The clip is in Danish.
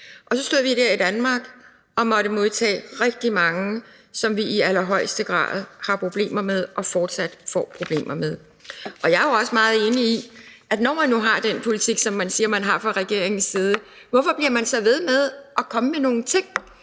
Og så stod vi her i Danmark og måtte modtage rigtig mange, som vi i allerhøjeste grad har problemer med og fortsat får problemer med. Jeg er også meget enig i, at når man nu har den politik, som man siger man har fra regeringens side, hvorfor bliver man så ved med at komme med nogle ting,